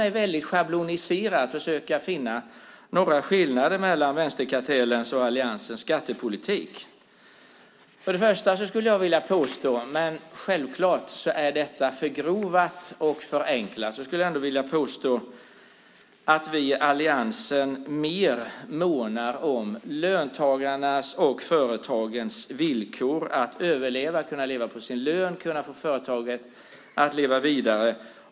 Låt mig schablonisera och försöka finna några skillnader mellan vänsterkartellens och Alliansens skattepolitik. Först och främst skulle jag vilja påstå - men självklart är detta förgrovat och förenklat - att vi i Alliansen mer månar om löntagarnas och företagens villkor för att kunna leva på sin lön och kunna få företaget att leva vidare.